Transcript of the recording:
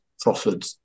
proffered